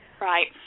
Right